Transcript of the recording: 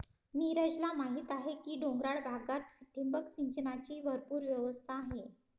नीरजला माहीत आहे की डोंगराळ भागात ठिबक सिंचनाची भरपूर व्यवस्था आहे